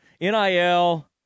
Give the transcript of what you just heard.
NIL